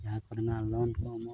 ᱡᱟᱦᱟᱸ ᱠᱚᱨᱮᱱᱟᱜ ᱠᱚ ᱮᱢᱚᱜᱼᱟ